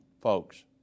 folks